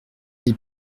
les